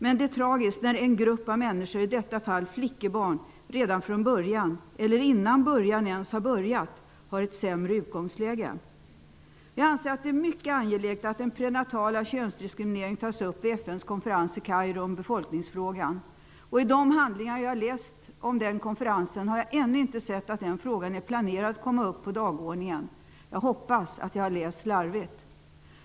Men det är tragiskt när en grupp människor, i detta fall flickebarn, redan från början -- eller innan början ens har börjat -- har ett sämre utgångsläge. Jag anser att det är mycket angeläget att den prenatala könsdiskrimineringen tas upp vid FN:s konferens i Kairo om befolkningsfrågan. I de handlingar som jag läst om denna konferens, har jag ännu inte sett att den frågan är planerad att komma upp på dagordningen. Jag hoppas att jag har läst slarvigt.